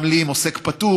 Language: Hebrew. גם לי עם עוסק פטור,